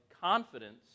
confidence